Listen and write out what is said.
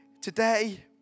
today